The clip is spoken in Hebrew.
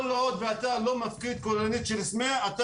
כל עוד ואתה לא מפקיד כוללנית של סמיע לא